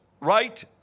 right